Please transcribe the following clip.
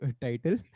title